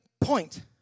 point